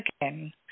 again